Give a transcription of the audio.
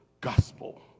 gospel